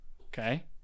Okay